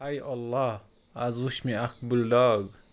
ہاے اللہ آز وٕچھ مےٚ اَکھ بٕلڈاگ